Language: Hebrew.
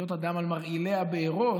עלילות הדם על מרעילי הבארות,